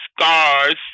scars